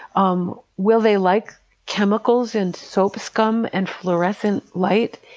um will they like chemicals, and soap scum, and fluorescent light?